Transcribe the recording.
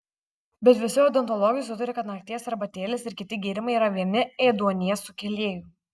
bet visi odontologai sutaria kad nakties arbatėlės ir kiti gėrimai yra vieni ėduonies sukėlėjų